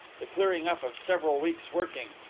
the clearing up of several weeks' working,